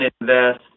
invest